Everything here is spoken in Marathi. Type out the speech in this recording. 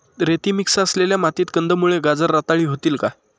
रेती मिक्स असलेल्या मातीत कंदमुळे, गाजर रताळी होतील का?